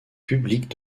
publiques